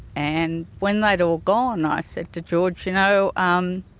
and when they had all gone i said to george, you know um